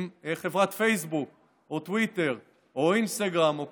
אם חברת פייסבוק או טוויטר או אינסטגרם או